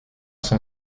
son